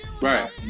Right